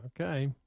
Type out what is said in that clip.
Okay